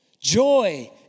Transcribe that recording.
Joy